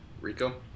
Rico